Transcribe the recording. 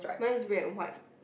mine is red and white